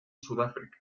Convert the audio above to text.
sudáfrica